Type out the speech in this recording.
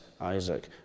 Isaac